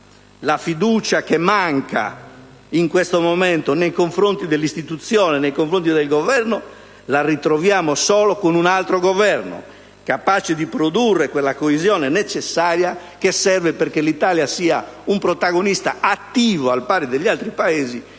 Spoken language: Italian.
La fiducia che manca in questo momento nei confronti dell'istituzione, nei confronti del Governo, la ritroveremo solo con un altro Governo, capace di produrre quella coesione necessaria che serve perché l'Italia sia una protagonista attiva, al pari degli altri Paesi, in